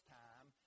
time